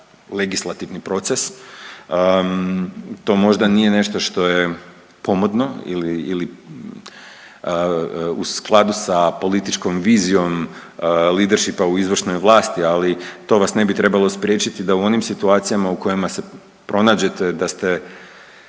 legislativni proces, to možda nije nešto što je pomodno ili, ili u skladu sa političkom vizijom lideršipa u izvršnoj vlasti, ali to vas ne bi trebalo spriječiti da u onim situacijama u kojima se pronađete da ste